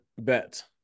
bet